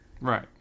Right